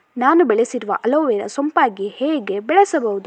ನಾನು ಬೆಳೆಸಿರುವ ಅಲೋವೆರಾ ಸೋಂಪಾಗಿ ಹೇಗೆ ಬೆಳೆಸಬಹುದು?